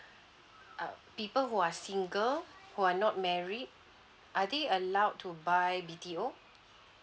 uh people who are single who are not married are they allowed to buy B_T_O